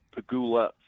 Pagula